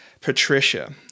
Patricia